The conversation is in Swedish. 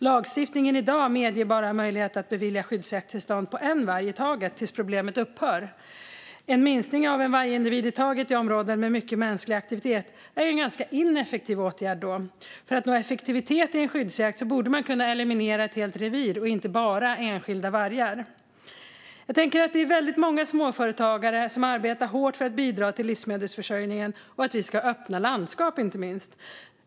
Lagstiftningen i dag medger bara möjlighet att bevilja tillstånd för skyddsjakt på en varg i taget tills problemet upphör. En minskning med en vargindivid i taget i områden med mycket mänsklig aktivitet är en ganska ineffektiv åtgärd. För att nå effektivitet i skyddsjakten borde man kunna eliminera ett helt revir och inte bara enskilda vargar. Det är väldigt många småföretagare som arbetar hårt för att bidra till livsmedelsförsörjningen och inte minst till att vi ska ha öppna landskap.